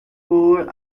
poured